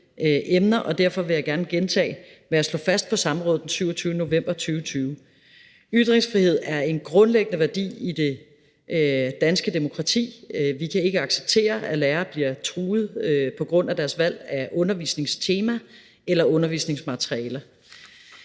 og derfor vil jeg gerne gentage, hvad jeg slog fast på samrådet den 27. november 2020. Ytringsfrihed er en grundlæggende værdi i det danske demokrati. Vi kan ikke acceptere, at lærere bliver truet på grund af deres valg af undervisningstema eller undervisningsmateriale.